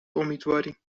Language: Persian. امیدواریم